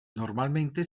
normalmente